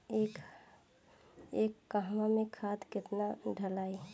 एक कहवा मे खाद केतना ढालाई?